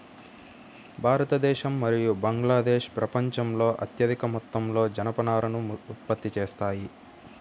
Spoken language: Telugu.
భారతదేశం మరియు బంగ్లాదేశ్ ప్రపంచంలో అత్యధిక మొత్తంలో జనపనారను ఉత్పత్తి చేస్తాయి